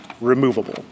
removable